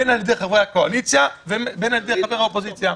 בין על ידי חברי הקואליציה ובין על ידי חברי האופוזיציה.